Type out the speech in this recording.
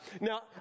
Now